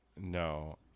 No